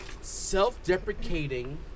self-deprecating